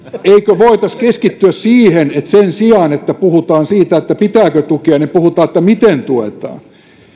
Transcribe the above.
eikö voitaisi keskittyä siihen että sen sijaan että puhutaan siitä pitääkö tukea niin puhuttaisiin siitä miten tuetaan